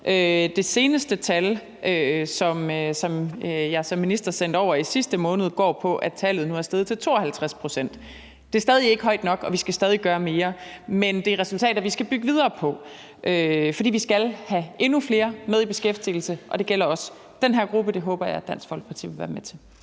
Det seneste tal, som jeg som minister sendte over i sidste måned, går på, at tallet nu er steget til 52 pct. Det er stadig ikke højt nok, og vi skal stadig gøre mere, men det er resultater, vi skal bygge videre på. For vi skal have endnu flere i beskæftigelse, og det gælder også den her gruppe, og det håber jeg at Dansk Folkeparti vil være med til.